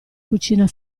cucina